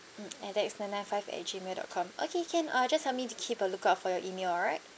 mm alex nine nine five at G mail dot com okay can uh just help me to keep a lookout for your email all right